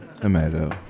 tomato